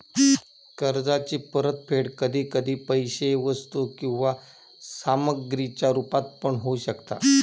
कर्जाची परतफेड कधी कधी पैशे वस्तू किंवा सामग्रीच्या रुपात पण होऊ शकता